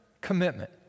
commitment